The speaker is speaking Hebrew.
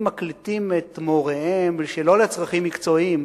מקליטים את מוריהם שלא לצרכים מקצועיים,